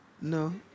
no